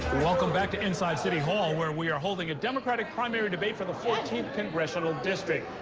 welcome back to inside city hall where we are holding a democratic primary debate for the fourteenth congressional district.